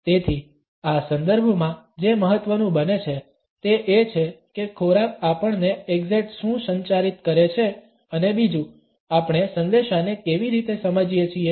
તેથી આ સંદર્ભમાં જે મહત્વનું બને છે તે એ છે કે ખોરાક આપણને એક્ઝેટ શું સંચારિત કરે છે અને બીજું આપણે સંદેશાને કેવી રીતે સમજીએ છીએ